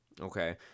Okay